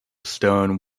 stone